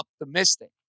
optimistic